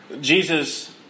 Jesus